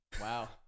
Wow